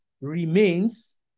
remains